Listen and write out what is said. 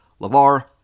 Lavar